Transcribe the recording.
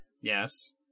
Yes